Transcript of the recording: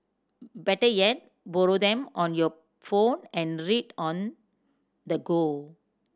better yet borrow them on your phone and read on the go